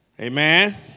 Amen